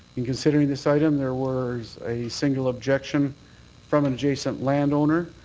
and considering this item, there was a single objection from an adjacent land owner.